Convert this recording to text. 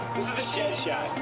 is the shed shot.